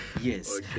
Yes